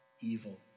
evil